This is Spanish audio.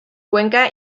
cuenca